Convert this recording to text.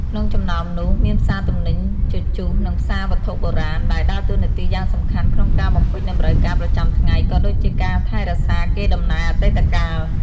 ក្នុងចំណោមនោះ មានផ្សារទំនិញជជុះ និងផ្សារវត្ថុបុរាណ ដែលដើរតួនាទីយ៉ាងសំខាន់ក្នុងការបំពេញតម្រូវការប្រចាំថ្ងៃ ក៏ដូចជាការថែរក្សាកេរដំណែលអតីតកាល។